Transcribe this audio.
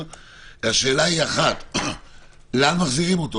השאלה היא לאן מחזירים אותו?